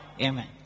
Amen